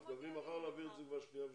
מתכוונים מחר להעביר את זה כבר בשנייה ושלישית.